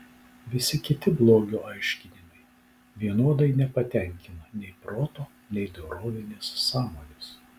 visi kiti blogio aiškinimai vienodai nepatenkina nei proto nei dorovinės sąmonės